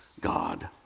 God